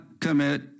commit